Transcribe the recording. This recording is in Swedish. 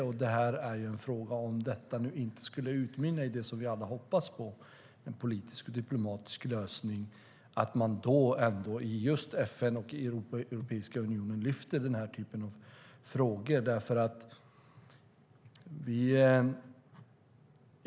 Frågan är - om inte detta skulle utmynna i det som vi alla hoppas på, en politisk och diplomatisk lösning - om man då i FN och Europeiska unionen ska lyfta den här typen av frågor.